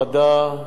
חדה,